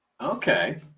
Okay